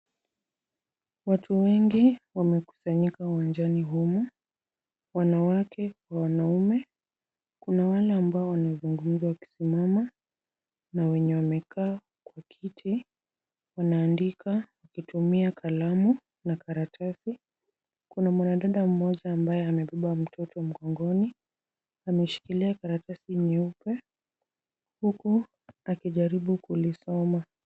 Watu wengi wamekusanyika uwanjani humu, wanawake kwa wanaume. Kuna wale ambao wanazungumza wakisimama na wenye wamekaa kwa kiti wanaandika kutumia kalamu na karatasi. Kuna mwanadada mmoja ambaye amebeba mtoto mgongoni. Ameshikilia karatasi nyeupe huku akijaribu kulisoma.